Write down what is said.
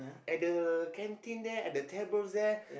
at the canteen there at the tables there